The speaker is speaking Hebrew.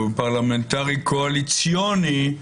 או פרלמנטרי קואליציוני,